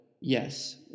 yes